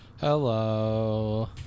Hello